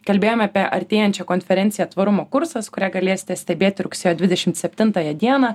kalbėjome apie artėjančią konferenciją tvarumo kursas kurią galėsite stebėti rugsėjo dvidešimt septintąją dieną